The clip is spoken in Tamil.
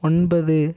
ஒன்பது